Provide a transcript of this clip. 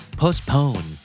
postpone